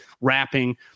rapping